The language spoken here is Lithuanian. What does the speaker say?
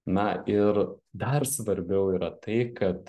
na ir dar svarbiau yra tai kad